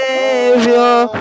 Savior